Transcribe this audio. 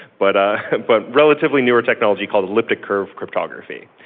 but ah but relatively newer technology called elliptic curve cryptography,